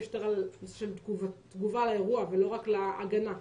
יותר על איזושהי תגובה ולא רק להגנה.